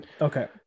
okay